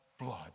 blood